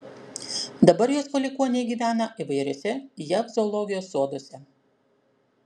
dabar jos palikuoniai gyvena įvairiuose jav zoologijos soduose